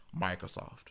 Microsoft